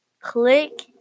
Click